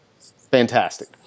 Fantastic